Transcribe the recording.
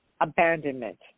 abandonment